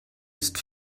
ist